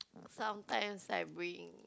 sometimes I bring